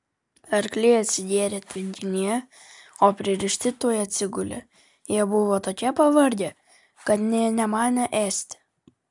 arkliai atsigėrė tvenkinyje o pririšti tuoj atsigulė jie buvo tokie pavargę kad nė nemanė ėsti